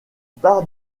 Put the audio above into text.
part